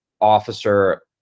officer